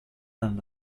and